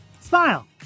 Smile